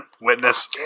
Witness